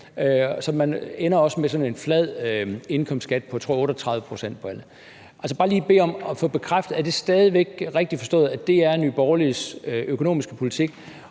så man også ender med sådan en flad indkomstskat på, tror jeg, 38 pct. Jeg vil bare lige bede om at få bekræftet, at det stadig væk er rigtigt forstået, at det er Nye Borgerliges økonomiske politik.